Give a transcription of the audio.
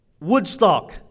Woodstock